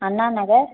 Anna Nagar